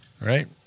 Right